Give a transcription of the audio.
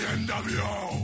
nwo